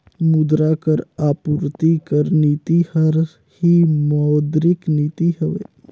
मुद्रा कर आपूरति कर नीति हर ही मौद्रिक नीति हवे